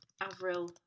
Avril